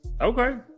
Okay